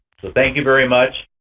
so thank you very much.